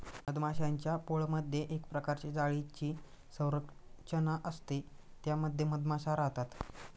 मधमाश्यांच्या पोळमधे एक प्रकारे जाळीची संरचना असते त्या मध्ये मधमाशा राहतात